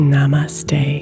Namaste